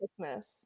christmas